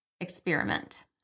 experiment